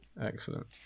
Excellent